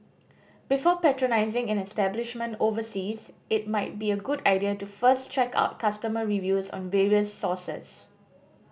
before patronising an establishment overseas it might be a good idea to first check out customer reviews on various sources